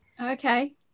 Okay